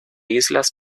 islas